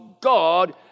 God